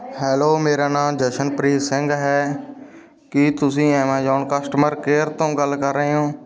hello ਮੇਰਾ ਨਾਂ ਜਸ਼ਨਪ੍ਰੀਤ ਸਿੰਘ ਹੈ ਕੀ ਤੁਸੀਂ ਐਮਾਜੋਨ ਕਸਟਮਰ ਕੇਅਰ ਤੋਂ ਗੱਲ ਕਰ ਰਹੇ ਹੋ